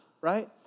right